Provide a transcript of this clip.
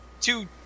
two